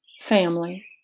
Family